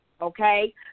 Okay